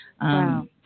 Wow